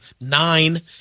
nine